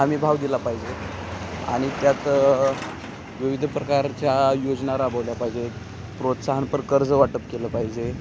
हमी भाव दिला पाहिजे आणि त्यात विविध प्रकारच्या योजना राबवल्या पाहिजेत प्रोत्साहनपर कर्ज वाटप केलं पाहिजे